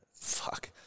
Fuck